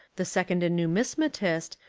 the second a numisma tist,